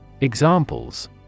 Examples